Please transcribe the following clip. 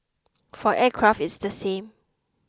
for aircraft it's the same